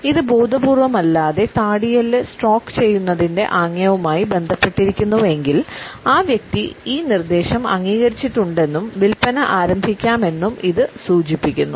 ഇത് ബോധപൂർവമല്ലാതെ താടിയെല്ല് സ്ട്രോക്ക് ചെയ്യുന്നതിൻറെ ആംഗ്യവുമായി ബന്ധപ്പെട്ടിരിക്കുന്നുവെങ്കിൽ ആ വ്യക്തി ഈ നിർദ്ദേശം അംഗീകരിച്ചിട്ടുണ്ടെന്നും വിൽപ്പന ആരംഭിക്കാമെന്നും ഇത് സൂചിപ്പിക്കുന്നു